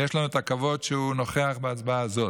ויש לנו הכבוד שהוא נוכח בהצבעה זו.